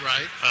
Right